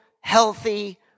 healthy